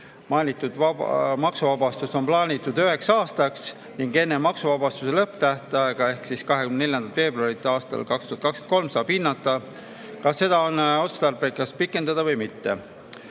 Mainitud maksuvabastus on plaanitud üheks aastaks ning enne maksuvabastuse lõpptähtaega ehk 24. veebruaril aastal 2023 saab hinnata, kas seda on otstarbekas pikendada või mitte.